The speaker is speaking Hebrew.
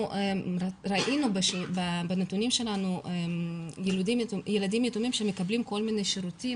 ראינו בנתונים שלנו ילדים יתומים שמקבלים כל מיני שירותים